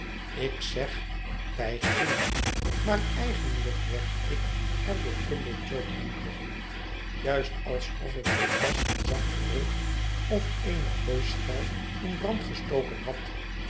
ik zeg wij gingen maar eigenlijk werd ik er door i j umblechook been geduwd juist alsof ik zoo pas een zak geroid of eene hooischelf in brand gestoken had